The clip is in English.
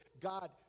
God